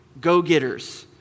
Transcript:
go-getters